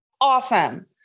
awesome